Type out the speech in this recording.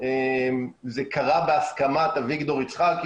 זה קרה בהסכמת אביגדור יצחקי",